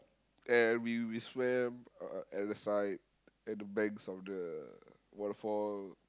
and we we swam uh at the side at the banks of the waterfall